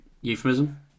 Euphemism